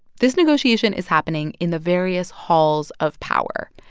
this negotiation is happening in the various halls of power,